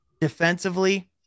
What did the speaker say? Defensively